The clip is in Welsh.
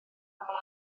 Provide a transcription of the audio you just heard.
ymlaen